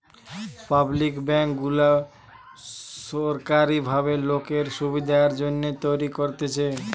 public bank গুলা সোরকারী ভাবে লোকের সুবিধার জন্যে তৈরী করতেছে